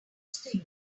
thing